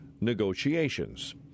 negotiations